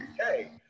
Okay